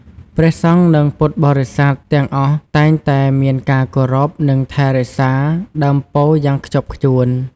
ព្រះសង្ឃនិងពុទ្ធបរិស័ទទាំងអស់តែងតែមានការគោរពនិងថែរក្សាដើមពោធិ៍យ៉ាងខ្ជាប់ខ្ជួន។